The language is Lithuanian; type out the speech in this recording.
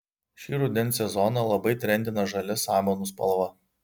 šį rudens sezoną labai trendina žalia samanų spalva